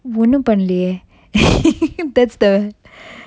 ஒன்னும் பண்ணலையே:onnum pannalaye that's the